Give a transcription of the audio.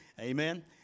Amen